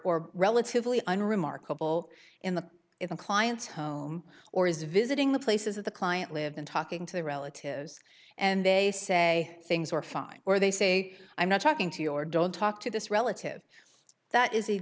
or relatively unremarkable in the in the client's home or is visiting the places that the client lived in talking to the relatives and they say things were fine or they say i'm not talking to you or don't talk to this relative that is a